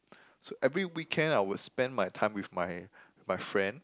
so every weekend I would spend my time with my my friend